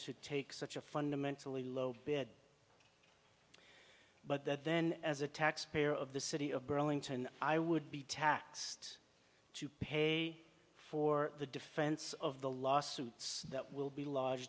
to take such a fundamentally low bed but that then as a taxpayer of the city of burlington i would be taxed to pay for the defense of the lawsuits that will be l